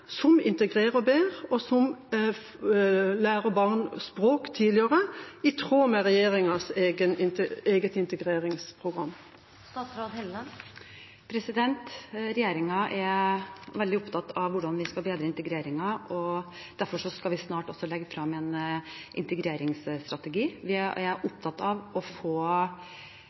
som integrerer bedre, og som lærer barn språk tidligere, i tråd med regjeringas eget integreringsprogram? Regjeringen er veldig opptatt av hvordan vi skal bedre integreringen. Derfor skal vi også snart legge frem en integreringsstrategi. Vi er opptatt av å få